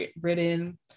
written